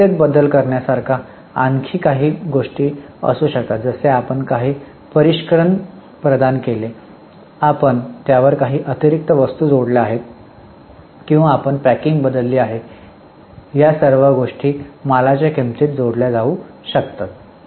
अस्थिरतेत बदल करण्यासारख्या आणखी काही गोष्टी असू शकतात जसे आपण काही परिष्करण प्रदान केले आहे आपण त्यावर काही अतिरिक्त वस्तू जोडल्या आहेत किंवा आपण पॅकिंग बदलली आहे या सर्व गोष्टी मालाच्या किंमतीत जोडल्या जाऊ शकतात